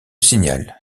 signal